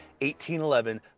1811